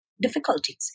difficulties